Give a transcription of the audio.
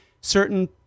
certain